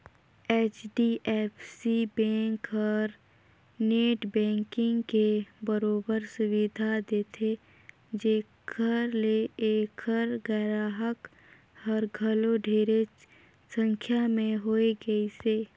HDFC bank हर net banking के बरोबर सुबिधा देथे जेखर ले ऐखर गराहक हर घलो ढेरेच संख्या में होए गइसे